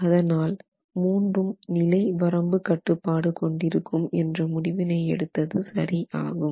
அதனால் மூன்றும் நிலை வரம்பு கட்டுப்பாடு கொண்டிருக்கும் என்ற முடிவினை எடுத்தது சரி ஆகும்